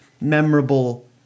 memorable